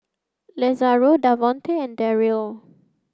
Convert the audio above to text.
Lazaro Davonte and Deryl